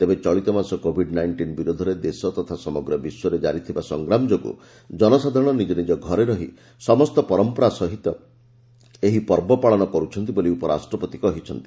ତେବେ ଚଳିତ ମାସ କୋଭିଡ୍ ନାଇଷ୍ଟିନ୍ ବିରୋଧରେ ଦେଶ ତଥା ସମଗ୍ର ବିଶ୍ୱରେ ଜାରି ଥିବା ସଂଗ୍ରାମ ଯୋଗୁଁ ଜନସାଧାରଣ ନିଜ ନିଜ ଘରେ ରହି ସମସ୍ତ ପରମ୍ପରା ସହିତ ଏହି ପର୍ବ ପାଳନ କର୍ରଛନ୍ତି ବୋଲି ଉପରାଷ୍ଟ୍ରପତି କହିଛନ୍ତି